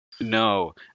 No